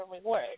reward